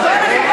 לא.